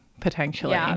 potentially